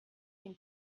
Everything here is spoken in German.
den